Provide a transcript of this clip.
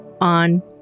on